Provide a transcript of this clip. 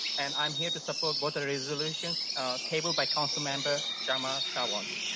and um here to support both of the resolutions tabled by councilmember so um ah sawant.